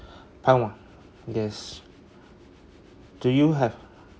part one yes do you have